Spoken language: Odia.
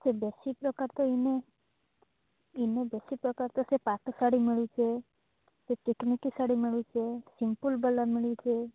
ସେ ବେଶୀ ପ୍ରକାର ତ ଇନୁ ଇନୁ ବେଶୀ ପ୍ରକାର ତ ସେ ପାଟଶାଢ଼ୀ ମିଳୁଛେ ସେ ଚିକିମିକି ଶାଢ଼ୀ ମିଳୁଛେ ସିମ୍ପଲ୍ ବାଲା ମିଳୁଛେ